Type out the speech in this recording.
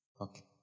Okay